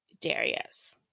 Darius